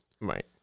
Right